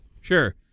Sure